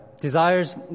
Desires